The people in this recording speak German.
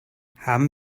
haben